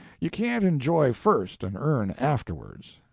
you can't enjoy first and earn afterwards.